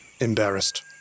Embarrassed